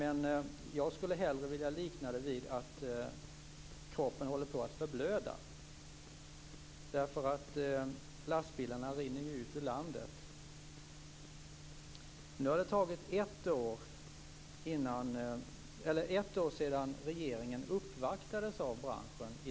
Snarare skulle jag vilja likna det hela vid att kroppen håller på att förblöda. Lastbilarna rinner ju ut ur landet. Det är nu ett år sedan regeringen uppvaktades av branschen.